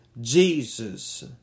Jesus